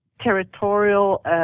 territorial